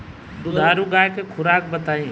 दुधारू गाय के खुराक बताई?